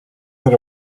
that